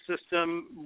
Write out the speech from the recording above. system